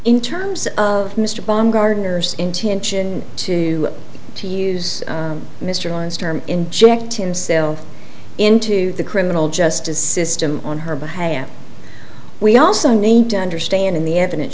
in terms of mr bond gardeners intention to to use mr lawrence term inject himself into the criminal justice system on her behalf we also need to understand in the evidence